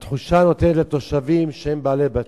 נותנת תחושה לתושבים שהם בעלי בתים,